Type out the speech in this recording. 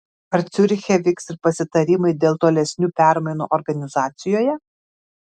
ar ciuriche vyks ir pasitarimai dėl tolesnių permainų organizacijoje